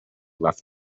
left